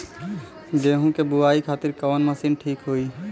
गेहूँ के बुआई खातिन कवन मशीन ठीक होखि?